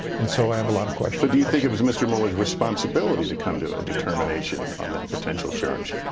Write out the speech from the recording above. and so i have a lot of questions. do you think it was mr. mueller's responsibility to come to a determination on that potential charge?